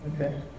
Okay